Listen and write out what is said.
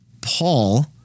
Paul